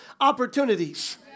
opportunities